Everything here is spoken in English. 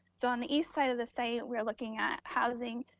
so on the east side of the site, we're looking at housing,